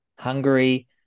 Hungary